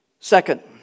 Second